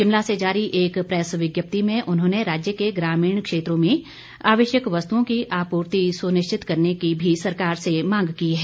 शिमला से जारी एक प्रेस विज्ञप्ति में उन्होंने राज्य के ग्रामीण क्षेत्रों में आवश्यक वस्तुओं की आपूर्ति सुनिश्चित करने का भी सरकार से आग्रह किया है